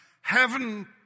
Heaven